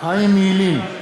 חיים ילין,